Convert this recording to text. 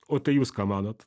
o tai jūs ką manot